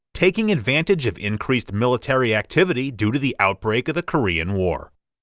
taking advantage of increased military activity due to the outbreak of the korean war.